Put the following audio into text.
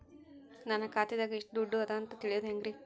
ನನ್ನ ಖಾತೆದಾಗ ಎಷ್ಟ ದುಡ್ಡು ಅದ ಅಂತ ತಿಳಿಯೋದು ಹ್ಯಾಂಗ್ರಿ?